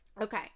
Okay